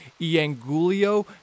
Iangulio